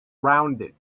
rounded